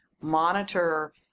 monitor